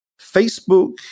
Facebook